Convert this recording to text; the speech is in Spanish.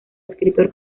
escritor